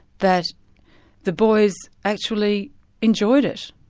that the boys actually enjoyed it.